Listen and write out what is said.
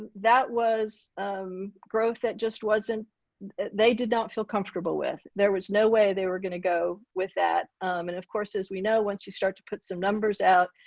that was growth that just wasn't they did not feel comfortable with. there was no way they were going to go with that and of course as we know once you start to put some numbers out.